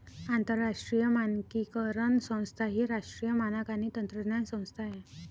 आंतरराष्ट्रीय मानकीकरण संस्था ही राष्ट्रीय मानक आणि तंत्रज्ञान संस्था आहे